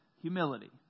humility